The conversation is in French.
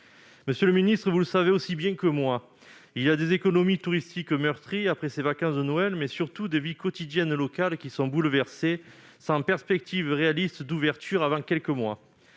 moi, monsieur le secrétaire d'État, il y a des économies touristiques meurtries après ces vacances de Noël, mais surtout des vies quotidiennes locales qui sont bouleversées, sans perspectives réalistes d'ouverture avant quelques mois.